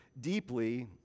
deeply